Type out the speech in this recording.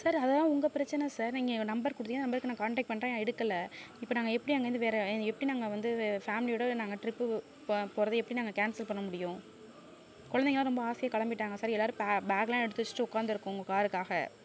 sir அதெலாம் உங்கள் பிரச்சனை சார் நீங்கள் நம்பர் கொடுத்திங்க அந்த நம்பருக்கு நான் காண்டேக்ட் பண்றேன் எடுக்கலை இப்போ நாங்கள் எப்படி அங்கேருந்து வேறு எப்படி நாங்கள் வந்து ஃபேம்லியோட நாங்கள் டிரிப்பு போ போறதை எப்படி நாங்கள் கேன்சல் பண்ண முடியும் குழந்தைங்க எல்லாம் ரொம்ப ஆசையாக கிளம்பிட்டாங்க சார் எல்லோரும் பே பேகெலாம் எடுத்து வச்சுட்டு உட்காந்துருக்கோம் உங்கள் காருக்காக